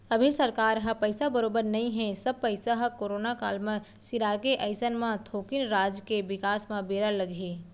अभी सरकार ह पइसा बरोबर नइ हे सब पइसा ह करोना काल म सिरागे अइसन म थोकिन राज के बिकास म बेरा लगही